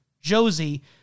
Josie